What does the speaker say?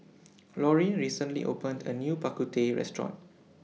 Laurene recently opened A New Bak Kut Teh Restaurant